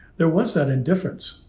there was that indifference,